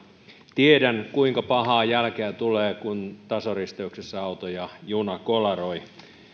tiedän kuinka pahaa jälkeä tulee kun tasoristeyksessä auto ja juna kolaroivat